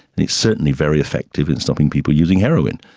and it's certainly very effective in stopping people using heroine.